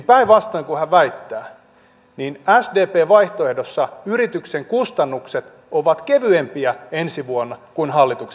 päinvastoin kuin hän väittää sdpn vaihtoehdossa yrityksen kustannukset ovat kevyempiä ensi vuonna kuin hallituksen vaihtoehdossa